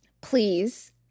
please